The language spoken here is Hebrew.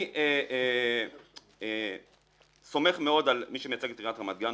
אני סומך מאוד על מי שמייצג את עיריית רמת גן,